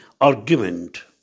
argument